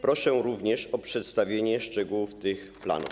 Proszę również o przedstawienie szczegółów tych planów.